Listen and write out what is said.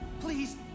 please